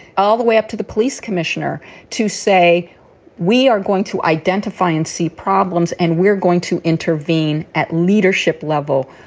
all the way up to the police commissioner to say we are going to identify and see problems and we're going to intervene at leadership level.